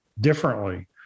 differently